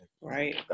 Right